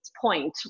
point